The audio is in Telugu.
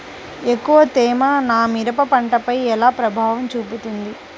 ఎక్కువ తేమ నా మిరప పంటపై ఎలా ప్రభావం చూపుతుంది?